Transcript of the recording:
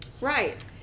Right